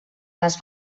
les